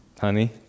Honey